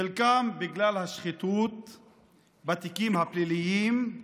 חלקם, בגלל השחיתות בתיקים הפליליים.